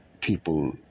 people